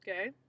okay